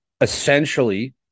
essentially